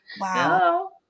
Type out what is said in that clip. Wow